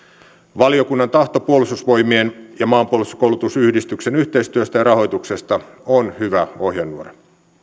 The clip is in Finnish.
valiokunnan tahto puolustusvoimien ja maanpuolustuskoulutusyhdistyksen yhteistyöstä ja rahoituksesta on hyvä ohjenuora